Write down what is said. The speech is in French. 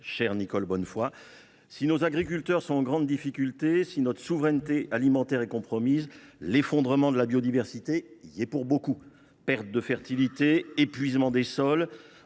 chère Nicole Bonnefoy, si nos agriculteurs sont en grande difficulté, si notre souveraineté alimentaire est compromise, l’effondrement de la biodiversité y est pour beaucoup. Perte de fertilité, épuisement des sols